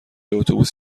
اتوبوس